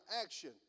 action